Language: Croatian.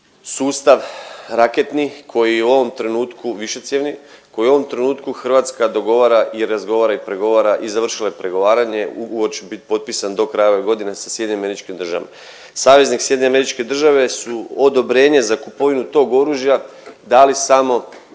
sustav raketni koji u ovom trenutku, višecjevni koji u ovom trenutku Hrvatska dogovara i razgovara i pregovara i završila je pregovaranje. Ugovor će bit potpisan do kraja ove godine sa SAD-om. Saveznik SAD su odobrenje za kupovinu tog oružja dali samo